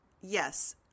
yes